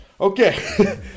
Okay